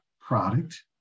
product